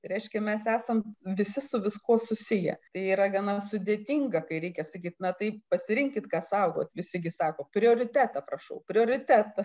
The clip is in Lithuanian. reiškia mes esam visi su viskuo susiję tai yra gana sudėtinga kai reikia sakyt na tai pasirinkit ką saugot visi gi sako prioritetą prašau prioritetą